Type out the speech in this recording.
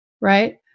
Right